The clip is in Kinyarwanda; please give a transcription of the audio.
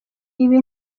ibi